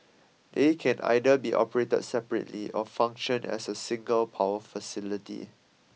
they can either be operated separately or function as a single power facility